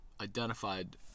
identified